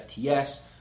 FTS